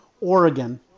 Oregon